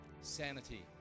sanity